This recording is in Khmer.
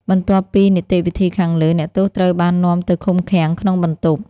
បន្ទាប់ពីនីតិវិធីខាងលើ អ្នកទោសត្រូវបាននាំទៅឃុំឃាំងក្នុងបន្ទប់។